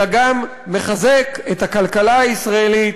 אלא גם מחזק את הכלכלה הישראלית,